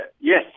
yes